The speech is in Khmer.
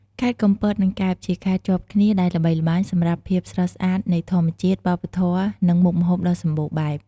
ខេត្តកំពត និងកែប ជាខេត្តជាប់គ្នាដែលល្បីល្បាញសម្រាប់ភាពស្រស់ស្អាតនៃធម្មជាតិ វប្បធម៌ និងមុខម្ហូបដ៏សម្បូរបែប។